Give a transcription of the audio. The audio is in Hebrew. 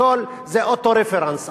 הכול זה אותו רפרנס.